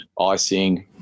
icing